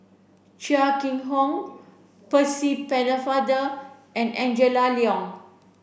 Chia Keng Hock Percy Pennefather and Angela Liong